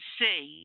see